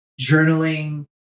journaling